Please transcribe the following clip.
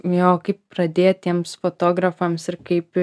jo kaip pradėtiems fotografams ir kaip